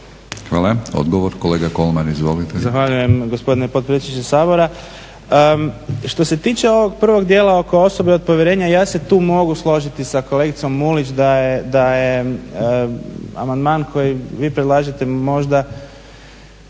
Hvala. Odgovor, kolega Kolman. Izvolite. **Kolman, Igor (HNS)** Zahvaljujem gospodine potpredsjedniče Sabora. Što se tiče ovog prvog dijela oko osobe od povjerenja ja se tu mogu složiti sa kolegicom Mulić da je amandman koji vi predlažete možda